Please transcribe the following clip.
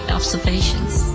observations